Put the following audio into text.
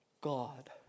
God